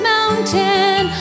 Mountain